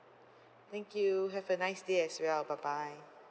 thank you have a nice day as well bye bye